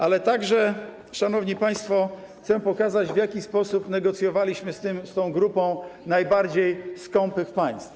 Ale także, szanowni państwo, chcę pokazać, w jaki sposób negocjowaliśmy z tą grupą najbardziej skąpych państw.